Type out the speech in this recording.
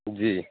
جی